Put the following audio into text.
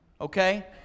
Okay